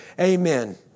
Amen